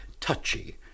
touchy